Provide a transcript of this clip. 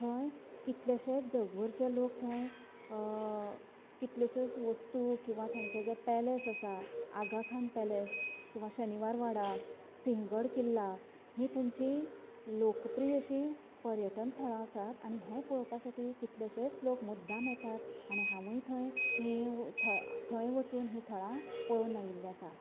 थंय कितलेशेच जगभरचे लोक थंय कितलेश्योच वस्तू किंवां थंयचे जे पेलेस आसात आगाखान पेलेस किंवां शनिवार वाडा सिंहगड किल्ला ही थंयचीं लोकप्रिय अशी पर्यटन थळां आसा आनी हे पळोवपा साठी कितलेशेच लोक मुद्दाम येतात आनी हांवूय थंय ही थ थंय वचून ही थळां पळोवन आयिल्ले आसा